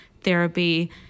therapy